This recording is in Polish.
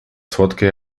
słodkie